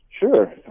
Sure